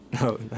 No